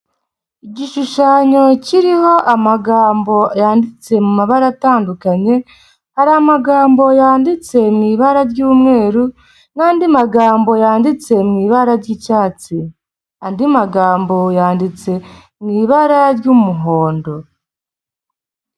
Igishushanyo kiriho amagambo yanditse mu mabara atandukanye, hari amagambo yanditse mu ibara ry'umweru n'andi magambo yanditse mu ibara ry'icyatsi, andi magambo yanditse mu ibara ry'umuhondo.